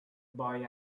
boy